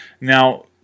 Now